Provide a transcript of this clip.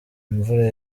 imvura